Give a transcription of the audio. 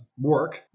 work